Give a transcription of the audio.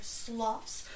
sloths